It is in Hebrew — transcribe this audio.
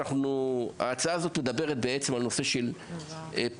וההצעה הזאת מדברת על נושא הפרסום,